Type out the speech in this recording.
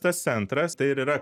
tas centras tai ir yra